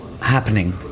happening